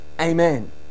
Amen